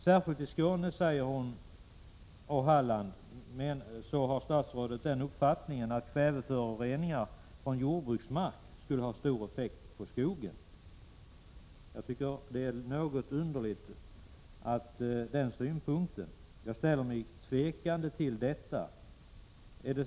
Särskilt i Skåne och Halland, menar statsrådet, skulle kväveföroreningar från jordbruksmark ha stor effekt på skogen. Jag tycker att en sådan synpunkt är något underlig. Jag ställer mig något tvekande till det.